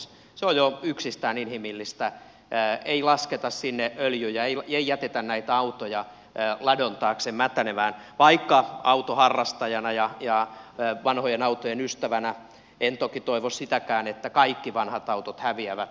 se on jo yksistään inhimillistä ei lasketa sinne öljyjä ei jätetä näitä autoja ladon taakse mätänemään vaikka autoharrastajana ja vanhojen autojen ystävänä en toki toivo sitäkään että kaikki vanhat autot häviävät